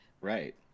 Right